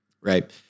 right